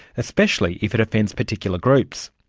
especially if it offends particular groups.